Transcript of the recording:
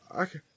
Okay